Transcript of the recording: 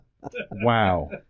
Wow